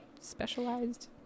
Specialized